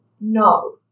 No